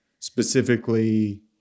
Specifically